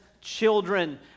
children